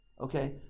Okay